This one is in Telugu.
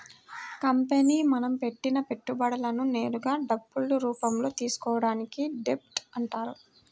కంపెనీ మనం పెట్టిన పెట్టుబడులను నేరుగా డబ్బు రూపంలో తీసుకోవడాన్ని డెబ్ట్ అంటారు